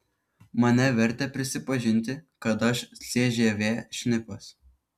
mane vertė prisipažinti kad aš cžv šnipas